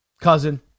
cousin